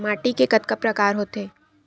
माटी के कतका प्रकार होथे?